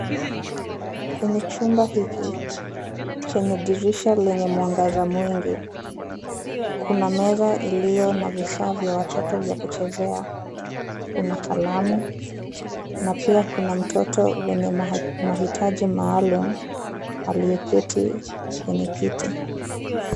Kwenye chumba hiki chenye dirisha lenye mwangaza mwingi, kuna meza iliyo na vifaa vya watoto vya kuchezea; kuna kalamu na pia kuna mtoto mwenye mahitaji maalum aliyeketi kwenye Kiti.